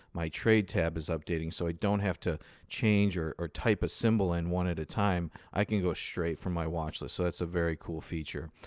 my trade tab is updating so i don't have to change or or type a symbol in one at a time. i can go straight from my watchlist. so that's a very cool feature.